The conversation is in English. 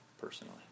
personally